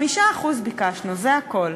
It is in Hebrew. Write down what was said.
5% ביקשנו, וזה הכול.